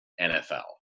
NFL